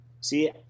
See